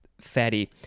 fatty